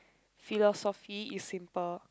philosophy is simple